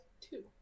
two